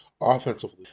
offensively